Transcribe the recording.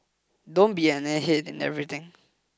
don't be an airhead in everything